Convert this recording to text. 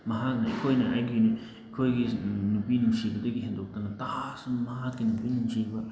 ꯃꯍꯥꯛꯅ ꯑꯩꯈꯣꯏꯅ ꯑꯩꯒꯤ ꯑꯩꯈꯣꯏꯒꯤ ꯅꯨꯄꯤ ꯅꯨꯡꯁꯤꯕꯗꯒꯤ ꯍꯦꯟꯗꯣꯛꯇꯅ ꯇꯥꯖ ꯃꯍꯥꯛꯀꯤ ꯅꯨꯄꯤ ꯅꯨꯡꯁꯤꯕ